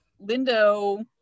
Lindo